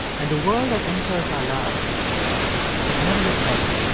and the world that enters our lives has never looked better.